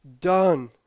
done